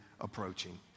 approaching